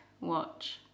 watch